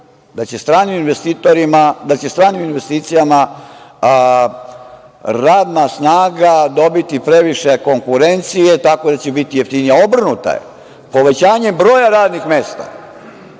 da će stranim investicijama radna snaga dobiti previše konkurencije, tako da će biti jeftinija. Obrnuta je. Povećanjem broja radnih mesta